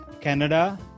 Canada